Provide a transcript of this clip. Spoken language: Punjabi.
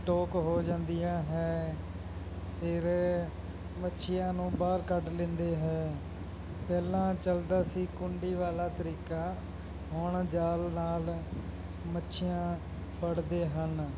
ਸਟੋਕ ਹੋ ਜਾਂਦੀਆ ਹੈ ਫਿਰ ਮੱਛੀਆਂ ਨੂੰ ਬਾਹਰ ਕੱਢ ਲੈਂਦੇ ਹੈ ਪਹਿਲਾਂ ਚਲਦਾ ਸੀ ਕੁੰਡੀ ਵਾਲਾ ਤਰੀਕਾ ਹੁਣ ਜਾਲ ਨਾਲ ਮੱਛੀਆਂ ਫੜਦੇ ਹਨ